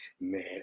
Man